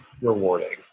rewarding